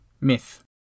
Myth